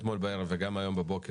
לגבי הדיון היום,